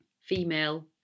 female